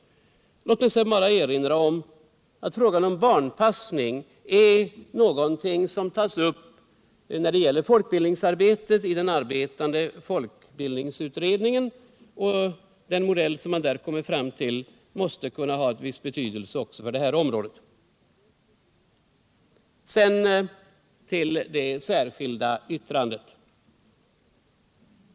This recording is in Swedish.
Låt mig sedan bara erinra om att frågan om barnpassning tas upp, när det gäller folkbildningsarbetet, i den arbetande folkbildningsutredningen. Den modell som man där kommer fram till måste kunna ha viss betydelse också på det här området. Sedan till det särskilda yttrandet.